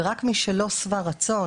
ורק מי שלא שבע רצון,